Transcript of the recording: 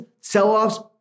sell-offs